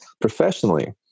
Professionally